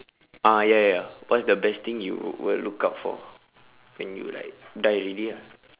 ah ya ya ya what is the best thing you will look up for when you like die already ah